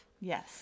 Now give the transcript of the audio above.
Yes